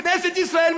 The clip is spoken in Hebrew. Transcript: כנסת ישראל,